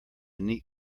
neat